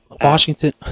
Washington